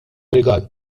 rigal